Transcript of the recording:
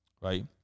right